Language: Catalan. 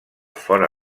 fora